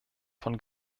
von